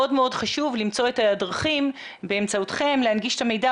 מאוד חשוב למצוא את הדרכים באמצעותכם להנגיש את המידע,